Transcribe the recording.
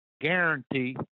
guarantee